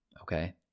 Okay